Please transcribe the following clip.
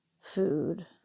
food